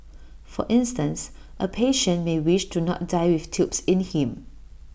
for instance A patient may wish to not die with tubes in him